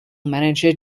manager